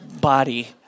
body